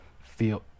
feel